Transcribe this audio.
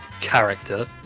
character